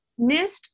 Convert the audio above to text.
NIST